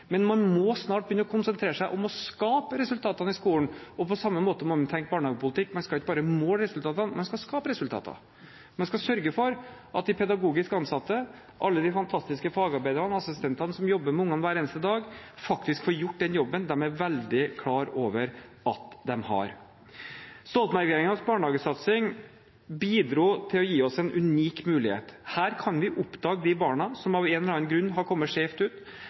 men man må snart begynne å konsentrere seg om å skape resultatene i skolen, og på samme måte må vi tenke barnehagepolitikk. Man skal ikke bare måle resultatene. Man skal skape resultater. Man skal sørge for at de pedagogisk ansatte, alle de fantastiske fagarbeiderne og assistentene som jobber med ungene hver eneste dag, faktisk får gjort den jobben de er veldig klar over at de har. Stoltenberg-regjeringens barnehagesatsing bidro til å gi oss en unik mulighet. Her kan vi oppdage de barna som av en eller annen grunn har kommet skjevt ut.